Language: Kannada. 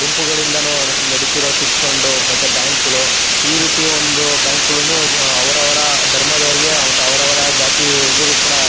ಗುಂಪುಗಳಿಂದಲೂ ನಡೀತಿರೋ ಚಿಟ್ ಫಂಡು ಮತ್ತೆ ಬ್ಯಾಂಕ್ಗಳು ಈ ರೀತಿ ಒಂದು ಬ್ಯಾಂಕ್ಗಳೂ ಅವರವರ ಧರ್ಮದವರಿಗೆ ಮತ್ತೆ ಅವರವರ ಜಾತಿ ಕೂಡ